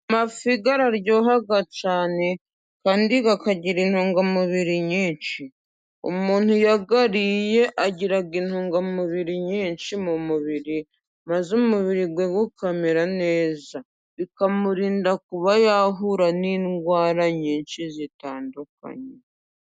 Amafi araryoha cyane kandi akagira intungamubiri nyinshi, umuntu iyo ayariye, agira intungamubiri nyinshi mu mubiri, maze umubiri ukamera neza, bikamurinda kuba yahura n'indwara, nyinshi zitandukanye.